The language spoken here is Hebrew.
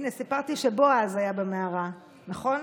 הינה, סיפרתי שבועז היה במערה, נכון?